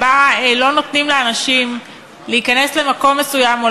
שלא נותנים לאנשים להיכנס למקום מסוים או